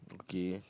okay